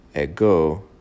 Ego